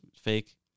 fake